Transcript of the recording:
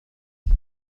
أشهر